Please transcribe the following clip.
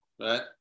right